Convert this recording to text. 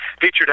featured